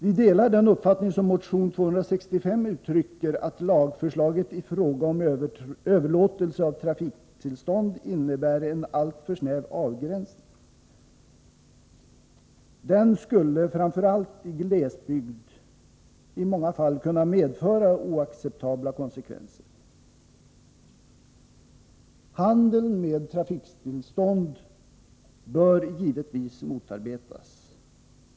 Vi delar den uppfattning som uttrycks i motion nr 265, nämligen att lagförslaget i fråga om överlåtelse av trafiktillstånd innebär en alltför snäv avgränsning. Den skulle framför allt i glesbygd i många fall kunna medföra oacceptabla konsekvenser. Handeln med trafiktillstånd bör givetvis motarbetas.